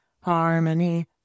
Harmony